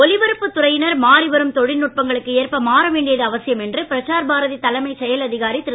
ஒலிபரப்புத் துறையினர் மாறிவரும் தொழில்நுட்பங்களுக்கு ஏற்ப மாறவேண்டியது அவசியம் என்று பிரசார் பாரதி தலைமை செயல் அதிகாரி திரு